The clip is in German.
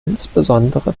insbesondere